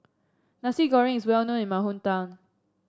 Nasi Goreng is well known in my hometown